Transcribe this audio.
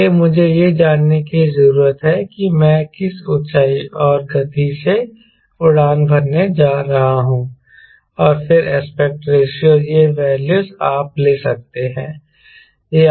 इसलिए मुझे यह जानने की जरूरत है कि मैं किस ऊंचाई और गति से उड़ान भरने जा रहा हूं और फिर एस्पेक्ट रेशों ये वैल्यूज़ आप ले सकते हैं